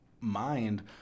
mind